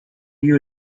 you